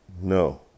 No